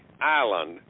Island